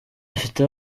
afite